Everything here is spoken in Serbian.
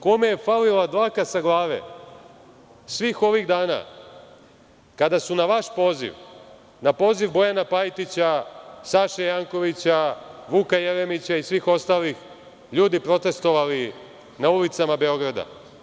Kome je falila dlaka sa glave svih ovih dana kada su na vaš poziv, na poziv Bojana Pajtića, Saše Jankovića, Vuka Jeremića i svih ostalih ljudi protestvovali na ulicama Beograda?